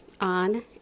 on